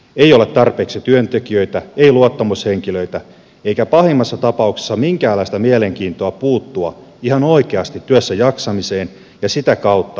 ei ole tarpeeksi työntekijöitä ei luottamushenkilöitä eikä pahimmassa tapauksessa minkäänlaista mielenkiintoa puuttua ihan oikeasti työssäjaksamiseen ja sitä kautta työurien pidentämiseen